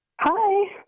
hi